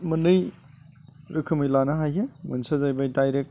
मोननै रोखोमै लानो हायो मोनसेया जाहैबाय डाइरेक्ट